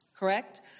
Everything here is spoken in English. Correct